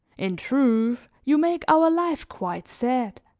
in truth, you make our life quite sad.